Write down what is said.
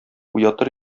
уятыр